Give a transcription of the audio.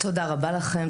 תודה רבה לכם.